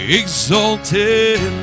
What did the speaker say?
exalted